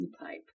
pipe